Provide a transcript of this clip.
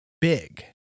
big